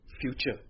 future